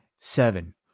Seven